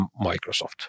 microsoft